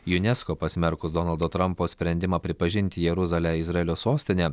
unesco pasmerkus donaldo trampo sprendimą pripažinti jeruzalę izraelio sostine